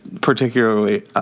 particularly